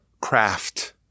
craft